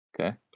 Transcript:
Okay